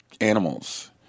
animals